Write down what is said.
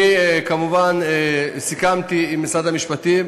אני כמובן סיכמתי עם משרד המשפטים,